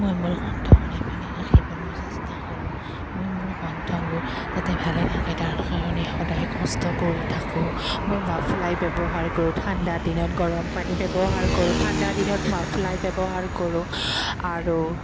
মই মোৰ কণ্ঠ সদায় ফালে ৰাখিবলৈ চেষ্টা কৰোঁ মই মোৰ কণ্ঠবোৰ যাতে ভালে থাকে তাৰ কাৰণে সদায় কষ্ট কৰি থাকোঁ মই মাফ্লাই ব্যৱহাৰ কৰোঁ ঠাণ্ডা দিনত গৰম পানী ব্যৱহাৰ কৰোঁ ঠাণ্ডা দিনত মাৰফ্লাই ব্যৱহাৰ কৰোঁ আৰু